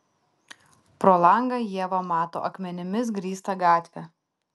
pro langą ieva mato akmenimis grįstą gatvę